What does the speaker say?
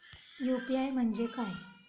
UPI म्हणजे काय?